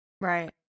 Right